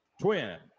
twin